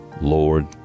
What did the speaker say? Lord